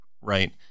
right